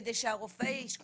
כדי שהרופא ישאל אותו,